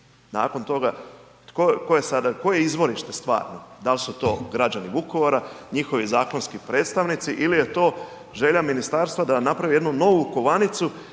ko je sada, ko je izvorište stvarno, dal su to građani Vukovara, njihovi zakonski predstavnici il je to želja ministarstva da napravi jednu novu kovanicu